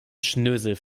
schnösel